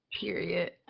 Period